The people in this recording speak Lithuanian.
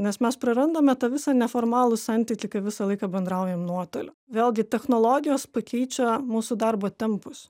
nes mes prarandame tą visą neformalų santykį kai visą laiką bendraujam nuotoliu vėlgi technologijos pakeičia mūsų darbo tempus